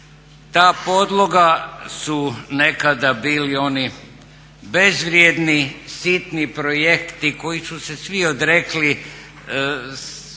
Ta podloga su nekada bili oni bezvrijedni, sitni projekti koji su se svi odrekli